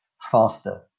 faster